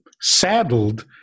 saddled